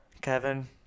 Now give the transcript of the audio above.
Kevin